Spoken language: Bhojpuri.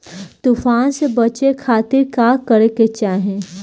तूफान से बचे खातिर का करे के चाहीं?